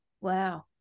Wow